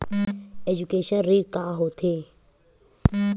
Education ऋण का होथे?